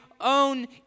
own